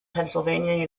pennsylvania